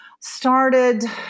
Started